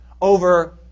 over